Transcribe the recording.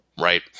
right